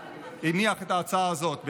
שהניח את ההצעה הזאת בעבר,